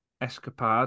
escapade